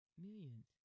Millions